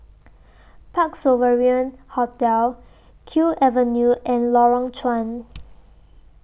Parc Sovereign Hotel Kew Avenue and Lorong Chuan